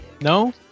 No